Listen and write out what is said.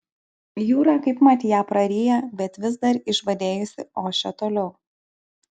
jūra kaipmat ją praryja bet vis dar išbadėjusi ošia toliau